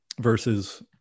versus